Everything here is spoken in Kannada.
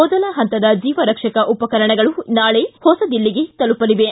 ಮೊದಲ ಪಂತದ ಜೀವ ರಕ್ಷಕ ಉಪಕರಣಗಳು ನಾಳೆ ಹೊಸದಿಲ್ಲಿಗೆ ತಲುಪಲಿವೆ